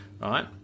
right